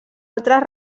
altres